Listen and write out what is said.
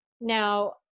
Now